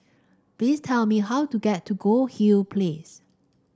please tell me how to get to Goldhill Place